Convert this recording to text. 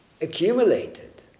accumulated